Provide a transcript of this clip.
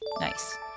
Nice